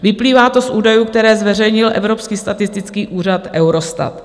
Vyplývá to z údajů, které zveřejnil evropský statistický úřad Eurostat.